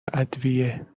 ادویه